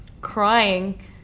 crying